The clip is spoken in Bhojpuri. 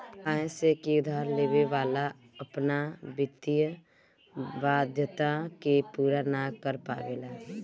काहे से की उधार लेवे वाला अपना वित्तीय वाध्यता के पूरा ना कर पावेला